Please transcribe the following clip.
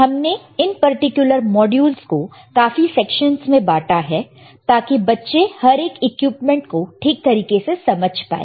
हमने इन particular modules को काफी सेक्शंस में बांटा है ताकि बच्चे हर एक इक्विपमेंट को ठीक तरीके से समझ पाए